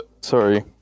sorry